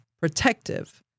protective